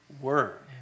word